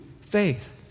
faith